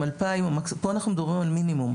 כאן אנחנו מדברים על מינימום.